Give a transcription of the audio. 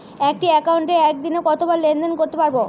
একটি একাউন্টে একদিনে কতবার লেনদেন করতে পারব?